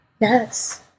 Yes